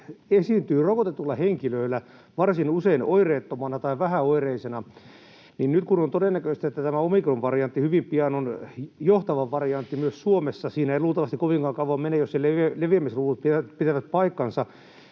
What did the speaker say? esiintyy rokotetuilla henkilöillä varsin usein oireettomana tai vähäoireisena. Nyt kun on todennäköistä, että tämä omikronvariantti hyvin pian on johtava variantti myös Suomessa — siinä ei luultavasti kovinkaan kauaa mene, jos sen leviämisluvut pitävät paikkansa